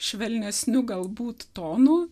švelnesniu galbūt tonu